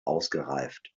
ausgereift